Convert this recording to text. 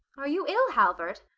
are you ill, halvard?